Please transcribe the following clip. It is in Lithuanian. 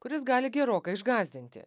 kuris gali gerokai išgąsdinti